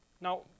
Now